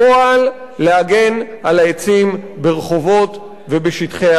להגן על העצים ברחובות ובשטחי הערים.